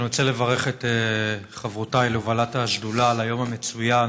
אני רוצה לברך את חברותיי להובלת השדולה על היום המצוין